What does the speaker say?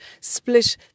split